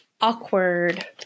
Awkward